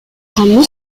kamus